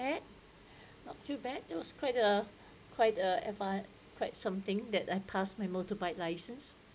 that's not too bad it was quite a quite a advance quite something that I pass my motorbike licence